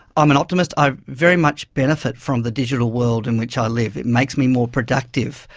i'm an optimist, i very much benefit from the digital world in which i live, it makes me more productive.